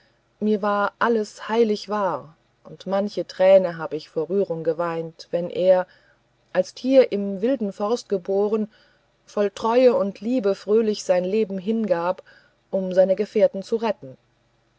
mir war alles heilig wahr und manche träne habe ich vor rührung geweint wenn er als tier im wilden forst geboren voll treue und liebe fröhlich sein leben hingab um seine gefährten zu retten